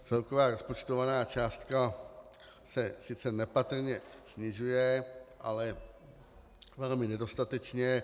Celková rozpočtovaná částka se sice nepatrně snižuje, ale velmi nedostatečně.